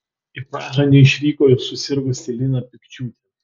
į prahą neišvyko ir susirgusi lina pikčiūtė